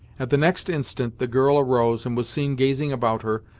at the next instant the girl arose and was seen gazing about her,